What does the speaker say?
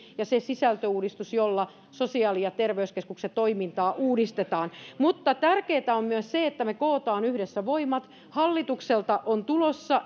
ja se sisältöuudistus jolla sosiaali ja terveyskeskusten toimintaa uudistetaan mutta tärkeää on myös se että me kokoamme yhdessä voimat hallitukselta on tulossa